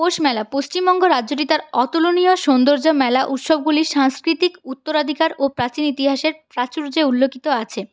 পৌষ মেলা পশ্চিমবঙ্গ রাজ্যটি তার অতুলনীয় সৌন্দর্য্য মেলা উৎসবগুলি সাংস্কৃতিক উত্তরাধিকার ও প্রাচীন ইতিহাসের প্রাচুর্য উল্লেখিত আছে